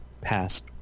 past